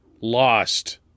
lost